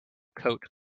coat